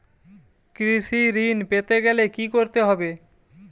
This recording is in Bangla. কৃষি ঋণ পেতে গেলে কি করতে হবে?